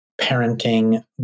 parenting